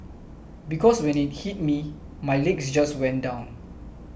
because when it hit me my legs just went down